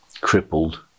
crippled